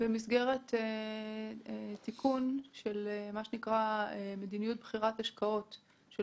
במסגרת תיקון של מה שנקרא מדיניות בחירת השקעות של